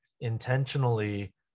intentionally